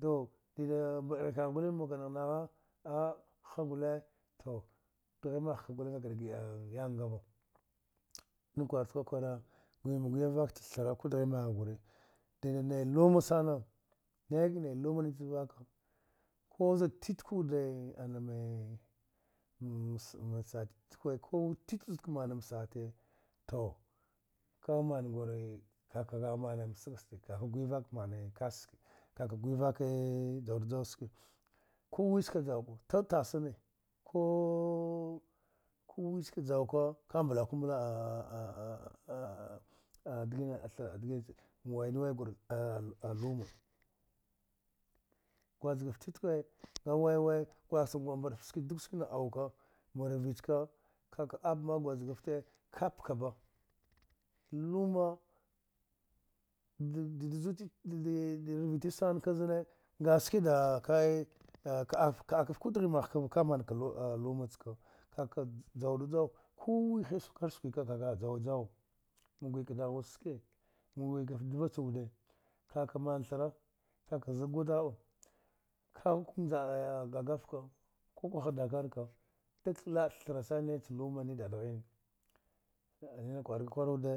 To dida mbdhaya ka mkana naha, a kha gule, to dighe mka guli a ka da gda uangava, na kwara wuda kwa kwara gwiya ma gwiya vka cha thnu kwa dighe da maha gwre nay luma sana, nah nah a luma mine chavka ku zna wuda titkwe an mana cati titkwe ma sati u to ka mana a gure, ka kaha mna asaga sati, ta ka gwaya vka, ksa ski ka ka ju d judu ski, ku wi ski juwa ka ku tasine ko-o ga mbalku mbal digna thire aa luma, gwazkatte titkire a away way ka nguda mbaate fte dighine ski auka, mba rvi chaka ka ba girazkafte ka bak ba luma d-da-da, ju da rvi titkne zani, aska da kdafe va, ku dighe maha ka ka mna ka luwa, luma chaka ka juwada juwa kome, h disuke ke ki juju gna gwaya daha wude ce ski a gwaya ka fte deva ce wude, mna thiu, ka za gwataba, ka njda ga ga vaka, ku kwaha dakargka duk laba c, thm luma ne dadghine, nine kur gwre kwara wude,